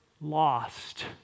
lost